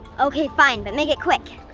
okay fine, but make it quick!